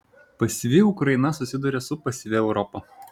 pasyvi ukraina susiduria su pasyvia europa